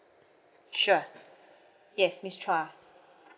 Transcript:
sure yes miss chua